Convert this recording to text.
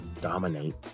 dominate